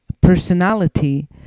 personality